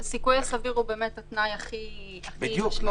הסיכוי הסביר הוא באמת התנאי הכי משמעותי.